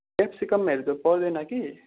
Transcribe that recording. क्यापसिकमहरू त पर्दैन कि